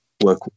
work